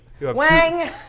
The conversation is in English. wang